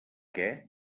què